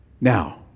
Now